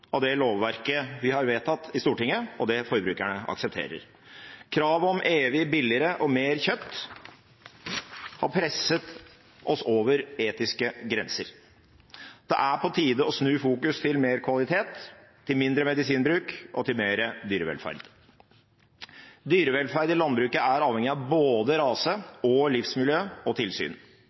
det lovverket vi har vedtatt i Stortinget, og det forbrukerne aksepterer. Kravet om evig billigere og mer kjøtt har presset oss over etiske grenser. Det er på tide å snu fokus til mer kvalitet, til mindre medisinbruk og til bedre dyrevelferd. Dyrevelferden i landbruket er avhengig av både rase, livsmiljø og tilsyn.